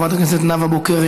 חברת הכנסת נאוה בוקר,